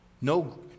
No